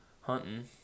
hunting